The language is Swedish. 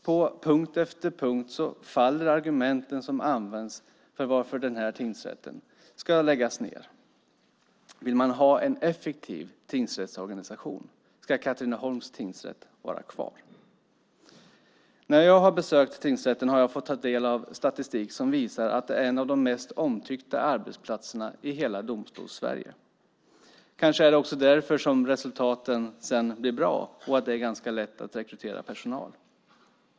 På punkt efter punkt faller de argument som används för varför den här tingsrätten ska läggas ned. Vill man ha en effektiv tingsrättsorganisation ska Katrineholms tingsrätt vara kvar. När jag har besökt tingsrätten har jag fått ta del av statistik som visar att den är en av de mest omtyckta arbetsplatserna i hela Domstols-Sverige. Kanske är det också därför resultaten sedan blir bra och det är ganska lätt att rekrytera personal.